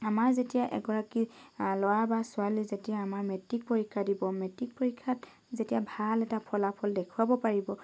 আমাৰ যেতিয়া এগৰাকী ল'ৰা বা ছোৱালী যেতিয়া আমাৰ মেট্ৰিক পৰীক্ষা দিব মেট্ৰিক পৰীক্ষাত যেতিয়া ভাল এটা ফলাফল দেখুৱাব পাৰিব